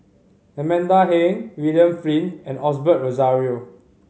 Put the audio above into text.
Amanda Heng William Flint and Osbert Rozario